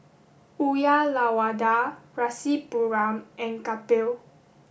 Uyyalawada Rasipuram and Kapil